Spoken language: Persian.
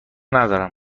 ندارم